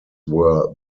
were